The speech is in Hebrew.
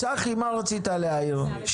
צחי, מה רצית להעיר?